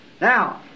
Now